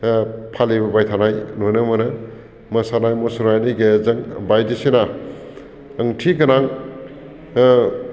फालिबोबाय थानाय नुनो मोनो मोसानाय मुसुरनायनि गेजेरजों बायदिसिना ओंथिगोनां